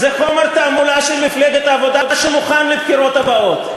זה חומר תעמולה של מפלגת העבודה שמוכן לבחירות הבאות.